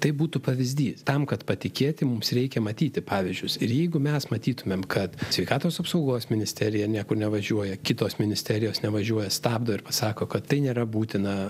tai būtų pavyzdys tam kad patikėti mums reikia matyti pavyzdžius ir jeigu mes matytumėm kad sveikatos apsaugos ministerija niekur nevažiuoja kitos ministerijos nevažiuoja stabdo ir pasako kad tai nėra būtina